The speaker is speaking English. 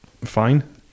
fine